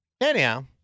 anyhow